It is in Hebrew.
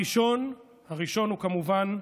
הראשון הוא, כמובן,